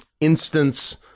instance